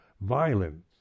violence